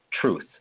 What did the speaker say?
truth